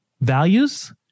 values